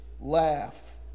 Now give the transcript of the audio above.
laugh